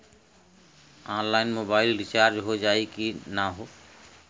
Online mobile recharge हो जाई की ना हो?